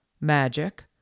magic